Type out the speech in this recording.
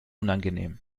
unangenehm